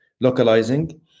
localizing